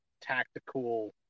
tactical